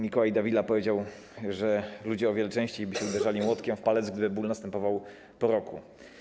Nicolás Dávila powiedział, że ludzie o wiele częściej by się uderzali młotkiem w palec, gdyby ból następował po roku.